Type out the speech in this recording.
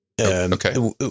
Okay